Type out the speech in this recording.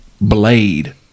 blade